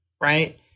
Right